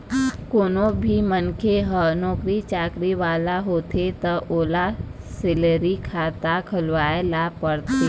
कोनो भी मनखे ह नउकरी चाकरी वाला होथे त ओला सेलरी खाता खोलवाए ल परथे